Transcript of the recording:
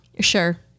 Sure